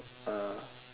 uh